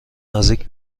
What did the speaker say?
نزدیک